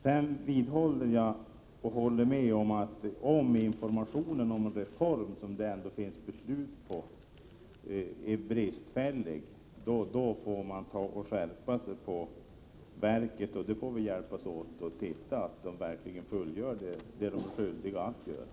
Sedan vidhåller jag och håller med om att om informationen om en reform som det ändå finns beslut om är bristfällig, får man lov att skärpa sig på verket. Vi får hjälpas åt att se till att de verkligen fullgör det som de är skyldiga att göra.